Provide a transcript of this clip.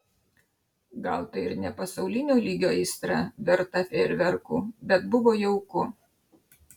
gal tai ir ne pasaulinio lygio aistra verta fejerverkų bet buvo jauku